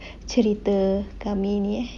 cerita kami ni eh